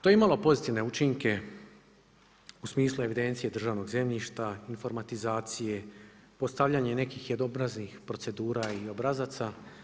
To je imalo pozitivne učinke u smislu evidencije državnog zemljišta, informatizacije, postavljanje nekih jednoobraznih procedura i obrazaca.